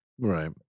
Right